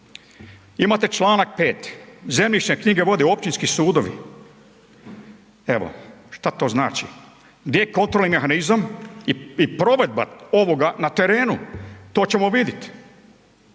Imate čl. 5, zemljišne knjige vode općinski sudovi. Evo, što to znači? Gdje je kontrolni mehanizam i provedba ovoga na terenu. To ćemo vidjeti.